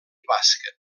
bàsquet